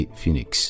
Phoenix